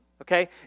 Okay